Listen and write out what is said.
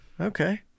Okay